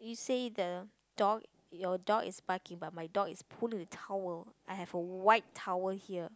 you say the dog your dog is sparky but my dog is pulling towel I have a white towel here